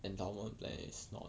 endowment plan is not